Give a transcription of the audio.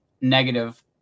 negative